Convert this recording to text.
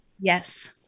Yes